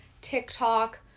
TikTok